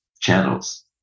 channels